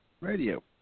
radio